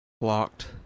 Blocked